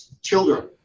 children